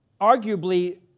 arguably